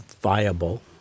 viable